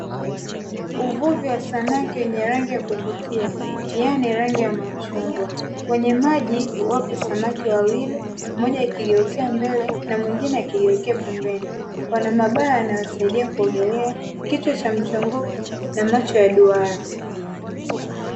Uvuvi wa samaki wenye rangi ya kuvutia yani rangi ya machungwa kwenye maji wapo samaki wawili, mmoja akigeukia mbele na mwingine akigeukia pembeni, wana mabawa yanawasaidia kuogelea, kichwa cha mchongoko na macho ya duara.